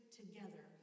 together